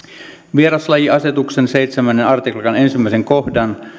vieraslajiasetuksen seitsemännen artiklan ensimmäisen kohdan